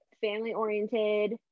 family-oriented